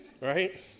right